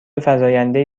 فزایندهای